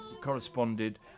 corresponded